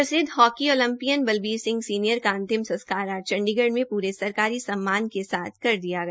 प्रसिद्व hockey Olympian Balbir Singh senior का अंमि संस्कार आज चंडीगढ़ में प्रे सरकारी सम्मान के साथ कर दिया गया